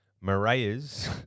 Maria's